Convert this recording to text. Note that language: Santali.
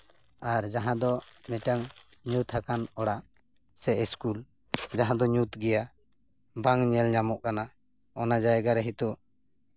ᱟᱨ ᱡᱟᱦᱟᱸ ᱫᱚ ᱢᱤᱫᱴᱟᱱ ᱧᱩᱛ ᱟᱠᱟᱱ ᱚᱲᱟᱜ ᱥᱮ ᱤᱥᱠᱩᱞ ᱡᱟᱦᱟᱸ ᱫᱚ ᱧᱩᱛ ᱜᱮᱭᱟ ᱵᱟᱝ ᱧᱮᱞ ᱧᱟᱢᱚᱜ ᱠᱟᱱᱟ ᱚᱱᱟ ᱡᱟᱭᱜᱟᱨᱮ ᱱᱤᱛᱚᱜ